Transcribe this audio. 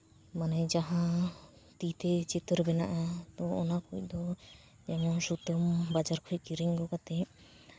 ᱢᱟᱱᱮ ᱡᱟᱦᱟᱸ ᱛᱤ ᱛᱮ ᱪᱤᱛᱟᱹᱨ ᱵᱮᱱᱟᱜᱼᱟ ᱛᱳ ᱚᱱᱟ ᱠᱚᱫᱚ ᱡᱮᱢᱚᱱ ᱥᱩᱛᱟᱹᱢ ᱵᱟᱡᱟᱨ ᱠᱷᱚᱱ ᱠᱤᱨᱤᱧ ᱟᱹᱜᱩ ᱠᱟᱛᱮᱫ